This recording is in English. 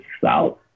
south